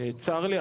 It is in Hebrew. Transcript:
צר לי,